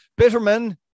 Bitterman